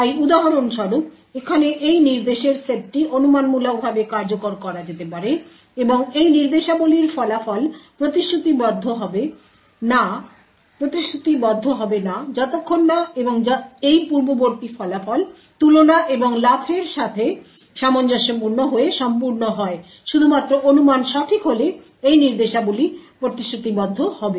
তাই উদাহরণস্বরূপ এখানে এই নির্দেশের সেটটি অনুমানমূলকভাবে কার্যকর করা যেতে পারে এবং এই নির্দেশাবলীর ফলাফল প্রতিশ্রুতিবদ্ধ হবে না যতক্ষণ না এবং যতক্ষণ না এই পূর্ববর্তী ফলাফল তুলনা এবং লাফের সাথে সামঞ্জস্যপূর্ণ হয়ে সম্পূর্ণ হয় শুধুমাত্র অনুমান সঠিক হলে এই নির্দেশাবলী প্রতিশ্রুতিবদ্ধ হবে